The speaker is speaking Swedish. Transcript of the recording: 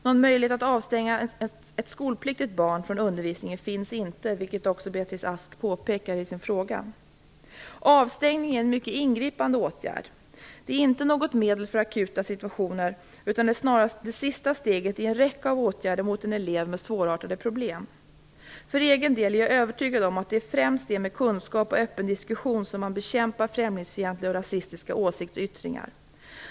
Någon möjlighet att avstänga ett skolpliktigt barn från undervisningen finns inte, vilket Beatrice Ask också påpekar i sin fråga. Avstängning är en ingripande åtgärd. Det är inte något medel för akuta situationer utan är snarast det sista steget i en räcka av åtgärder mot en elev med svårartade problem. För egen del är jag övertygad om att det främst är med kunskap och öppen diskussion som man bekämpar främlingsfientliga och rasistiska åsiktsyttringar.